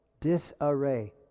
Disarray